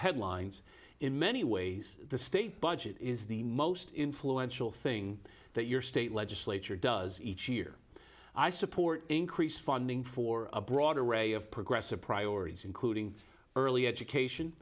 headlines in many ways the state budget is the most influential thing that your state legislature does each year i support increased funding for a broad array of progressive priorities including early education